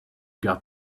got